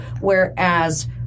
whereas